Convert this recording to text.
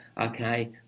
okay